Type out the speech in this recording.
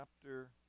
chapter